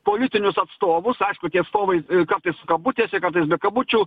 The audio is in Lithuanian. politinius atstovus aišku tie atstovai kartais kabutėse kartais be kabučių